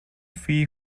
fee